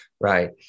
right